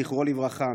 זכרו לברכה,